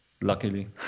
luckily